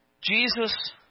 Jesus